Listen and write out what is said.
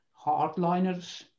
hardliners